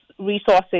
resources